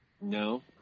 No